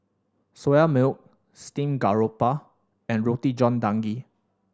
Soya Milk steamed garoupa and Roti John Daging